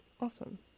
Awesome